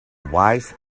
wise